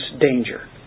danger